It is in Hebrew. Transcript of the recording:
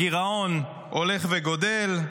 הגירעון הולך וגדל,